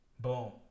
Boom